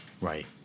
Right